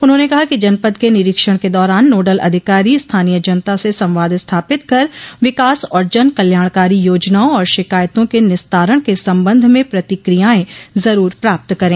उन्होंने कहा कि जनपद के निरीक्षण के दौरान नोडल अधिकारी स्थानीय जनता से संवाद स्थापित कर विकास और जन कल्याणकारी योजनाओं और शिकायतों के निस्तारण के संबंध में प्रतिकियायें जरूर प्राप्त करें